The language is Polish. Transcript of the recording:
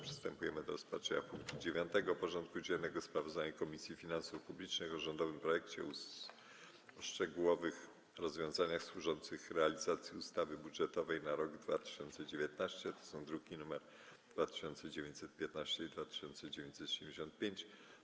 Przystępujemy do rozpatrzenia punktu 9. porządku dziennego: Sprawozdanie Komisji Finansów Publicznych o rządowym projekcie ustawy o szczególnych rozwiązaniach służących realizacji ustawy budżetowej na rok 2019 (druki nr 2915 i 2975)